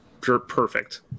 Perfect